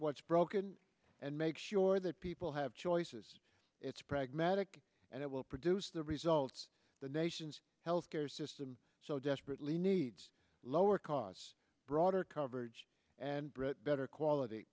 what's broken and make sure that people have choices it's pragmatic and it will produce the results the nation's health care system so desperately needs lower costs broader coverage and brit better quality